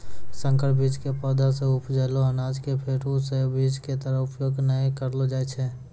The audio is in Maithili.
संकर बीज के पौधा सॅ उपजलो अनाज कॅ फेरू स बीज के तरह उपयोग नाय करलो जाय छै